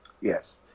Yes